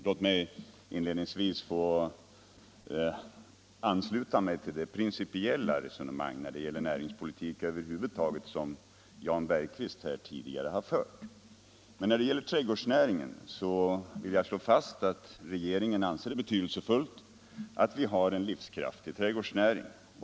Låt mig inledningsvis få ansluta mig till det principiella resonemang när det gäller näringspolitik i allmänhet som Jan Bergqvist här tidigare har fört. Jag vill också slå fast att regeringen anser det betydelsefullt att vi har en livskraftig trädgårdsnäring.